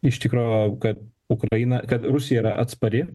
iš tikro kad ukraina kad rusija yra atspari